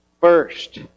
First